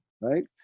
right